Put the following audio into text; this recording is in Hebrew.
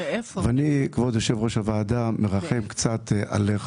אני כבוד יושב ראש הוועדה קצת מרחם עליך